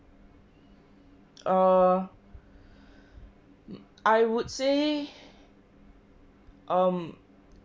err I would say um